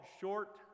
short